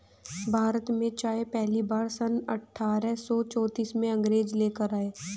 भारत में चाय पहली बार सन अठारह सौ चौतीस में अंग्रेज लेकर आए